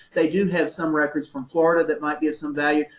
they do have some records from florida that might be of some value.